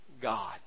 God